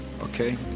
Okay